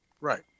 Right